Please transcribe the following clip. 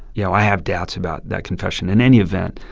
you know, i have doubts about that confession. in any event,